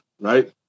right